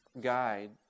guide